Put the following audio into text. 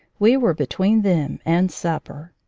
we were between them and supper.